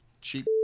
cheap